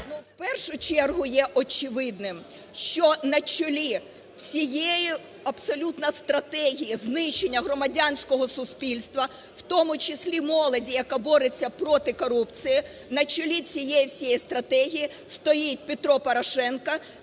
В першу чергу є очевидним, що на чолі всієї абсолютно стратегії знищення громадянського суспільства, в тому числі молоді, яка бореться проти корупції, на чолі цієї всієї стратегії стоїть Петро Порошенко